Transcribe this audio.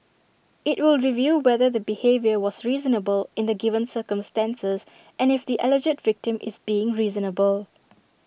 IT will review whether the behaviour was reasonable in the given circumstances and if the alleged victim is being reasonable